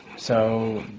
so,